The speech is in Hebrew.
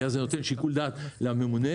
כי אז זה נותן שיקול דעת לממונה